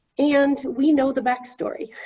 and we know the backstory.